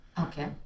Okay